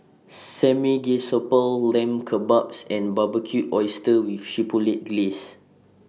Samgeyopsal Lamb Kebabs and Barbecued Oysters with Chipotle Glaze